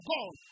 God